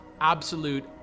absolute